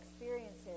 experiences